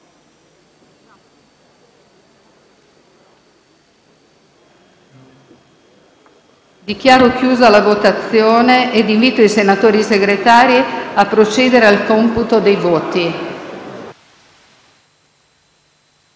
Dichiaro chiusa la votazione. Invito i senatori Segretari a procedere al computo dei voti.